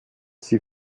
sie